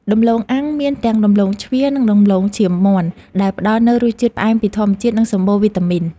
ដំឡូងអាំងមានទាំងដំឡូងជ្វានិងដំឡូងឈាមមាន់ដែលផ្តល់នូវរសជាតិផ្អែមពីធម្មជាតិនិងសម្បូរវីតាមីន។